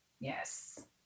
Yes